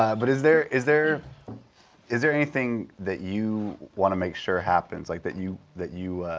ah but is there is there is there anything that you want to make sure happens, like, that you that you